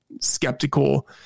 skeptical